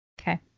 Okay